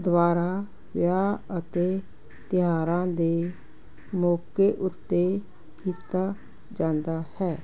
ਦੁਆਰਾ ਵਿਆਹ ਅਤੇ ਤਿਹਾਰਾਂ ਦੇ ਮੌਕੇ ਉੱਤੇ ਕੀਤਾ ਜਾਂਦਾ ਹੈ